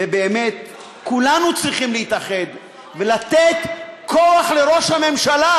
ובאמת כולנו צריכים להתאחד ולתת כוח לראש הממשלה,